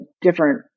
different